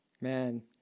man